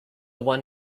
one